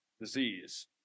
disease